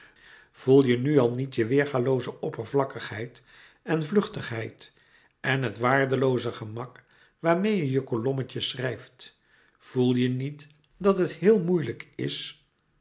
voel je nu al niet je weêrgalooze oppervlakkigheid en vluchtigheid en het waardelooze gemak waarmeê je je kolommetje schrijft voel je niet dat het heel moeilijk is